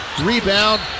rebound